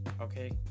Okay